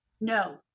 No